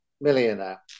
Millionaire